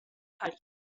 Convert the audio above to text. hali